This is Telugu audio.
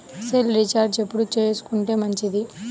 సెల్ రీఛార్జి ఎప్పుడు చేసుకొంటే మంచిది?